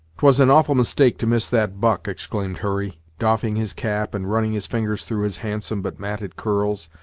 twas an awful mistake to miss that buck! exclaimed hurry, doffing his cap and running his fingers through his handsome but matted curls,